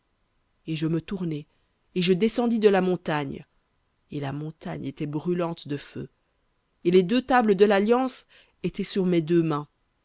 et je me tournai et je descendis de la montagne et la montagne était brûlante de feu et les deux tables de l'alliance étaient sur mes deux mains